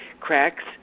Cracks